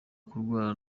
kurwara